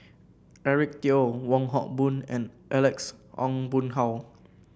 Eric Teo Wong Hock Boon and Alex Ong Boon Hau